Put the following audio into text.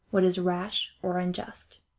what is rash or unjust.